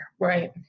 right